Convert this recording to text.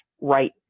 right